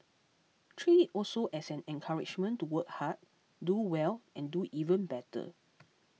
treat it also as an encouragement to work hard do well and do even better